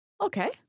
Okay